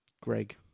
Greg